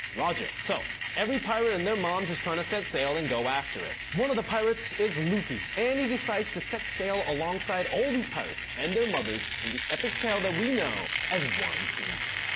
roger. so every pirate and their moms is tryina set sail and go after it, one of the pirates is luffy and he decides to set sail alongside all these pirates and their mothers in the epic tale of we know, as one piece.